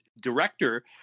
director